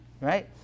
right